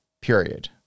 period